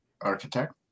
architect